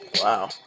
Wow